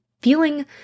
feeling